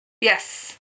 Yes